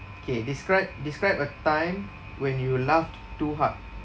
K describe describe a time when you laughed too hard